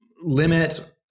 limit